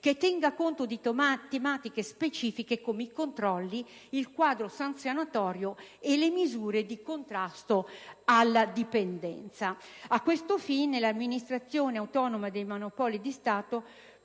che tenga conto di tematiche specifiche come i controlli, il quadro sanzionatorio e le misure di contrasto alla dipendenza. A questo fine l'Amministrazione autonoma dei monopoli di Stato